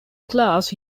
class